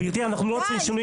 גברתי, אנחנו לא עוצרים שינויים.